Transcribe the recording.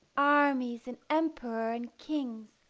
armies and emperor and kings,